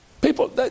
People